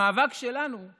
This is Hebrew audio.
המאבק שלנו זה